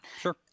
Sure